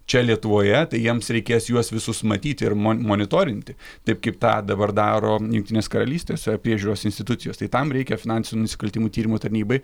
čia lietuvoje tai jiems reikės juos visus matyti ir mon monitorinti taip kaip tą dabar daro jungtinės karalystės priežiūros institucijos tai tam reikia finansinių nusikaltimų tyrimo tarnybai